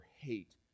hate